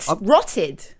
Rotted